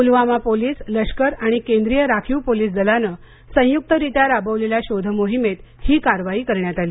Pulwama police लष्कर आणि केंद्रीय राखीव पोलीस दलाने संयुक्त रित्या राबवलेल्या शोध मोहिमेत ही कारवाई करण्यात आली